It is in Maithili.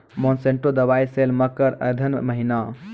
मोनसेंटो दवाई सेल मकर अघन महीना,